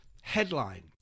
Headline